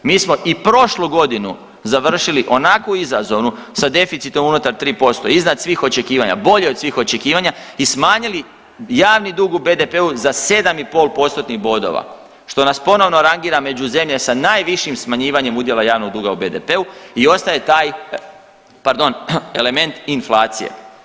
Mi smo i prošlu godinu završili onakvu izazovnu sa deficitom unutar 3% iznad svih očekivanja, bolje od svih očekivanja i smanjili javni dug u BDP-u za 7 i pol postotnih bodova, što nas ponovno rangira među zemlje sa najvišim smanjivanjem udjela javnog duga u BDP-u i ostaje taj, pardon, element inflacije.